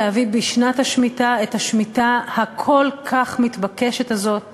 להביא בשנת השמיטה את השמיטה הכל-כך מתבקשת הזאת